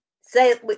say